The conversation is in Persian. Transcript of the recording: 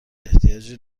احتیاجی